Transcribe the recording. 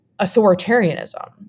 authoritarianism